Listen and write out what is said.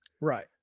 right